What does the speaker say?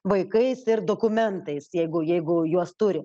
vaikais ir dokumentais jeigu jeigu juos turi